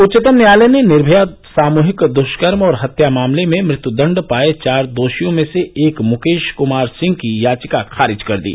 उच्चतम न्यायालय ने निर्भया सामूहिक दुष्कर्म और हत्या मामले में मृत्युदंड पाए चार दोषियों में से एक मुकेश कुमार सिंह की याचिका खारिज कर दी